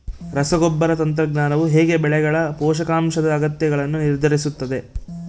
ರಸಗೊಬ್ಬರ ತಂತ್ರಜ್ಞಾನವು ಹೇಗೆ ಬೆಳೆಗಳ ಪೋಷಕಾಂಶದ ಅಗತ್ಯಗಳನ್ನು ನಿರ್ಧರಿಸುತ್ತದೆ?